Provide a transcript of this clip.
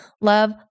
love